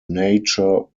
nature